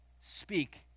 speak